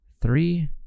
three